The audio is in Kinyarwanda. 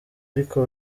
ariko